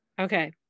Okay